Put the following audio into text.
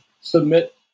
submit